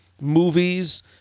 movies